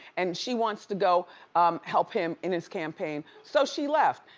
and she wants to go help him in his campaign. so she left.